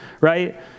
right